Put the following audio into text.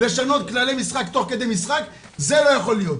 לשנות כללי משחק תוך כדי משחק זה לא יכול להיות.